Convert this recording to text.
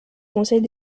conseils